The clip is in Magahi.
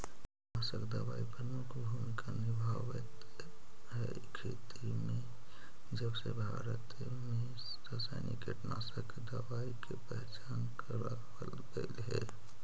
कीटनाशक दवाई प्रमुख भूमिका निभावाईत हई खेती में जबसे भारत में रसायनिक कीटनाशक दवाई के पहचान करावल गयल हे